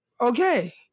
okay